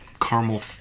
caramel